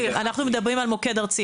אחד, מוקד ארצי